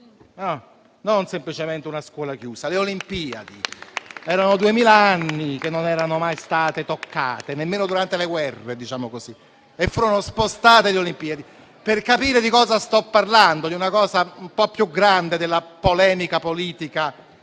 Non semplicemente una scuola chiusa, ma le Olimpiadi. Erano duemila anni che non erano mai state toccate, nemmeno durante le guerre. Furono spostate le Olimpiadi, per capire di cosa sto parlando: una cosa un po' più grande della polemica politica